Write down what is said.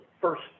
first